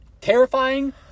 terrifying